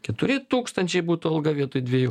keturi tūkstančiai būtų alga vietoj dviejų